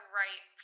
right